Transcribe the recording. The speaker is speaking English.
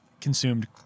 consumed